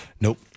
Nope